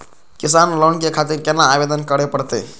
किसान लोन के खातिर केना आवेदन करें परतें?